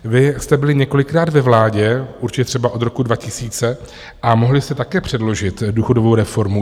Vy jste byli několikrát ve vládě, určitě třeba od roku 2000, a mohli jste také předložit důchodovou reformu.